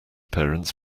parents